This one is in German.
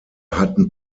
hatten